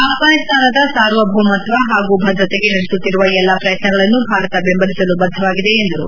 ಅಪ್ಪಾನಿಸ್ತಾನದ ಸಾರ್ವಭೌಮತ್ಸ ಹಾಗೂ ಭದ್ರತೆಗೆ ನಡೆಸುತ್ತಿರುವ ಎಲ್ಲ ಪ್ರಯತ್ನಗಳನ್ನು ಭಾರತ ಬೆಂಬಲಿಸಲು ಬದ್ದವಾಗಿದೆ ಎಂದರು